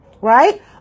right